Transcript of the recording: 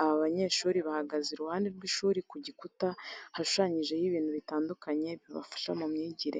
Aba banyeshuri bahagaze iruhande rw'ishuri, ku gikuta hashushanyijeho, ibintu bitandukanye bibafasha mu myigire.